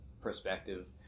perspective